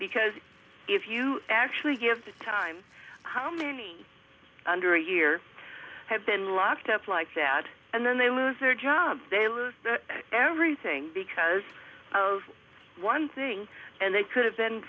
because if you actually give the time how many under a year have been locked up like that and then they lose their job they lose everything because of one thing and they could have been